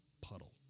puddle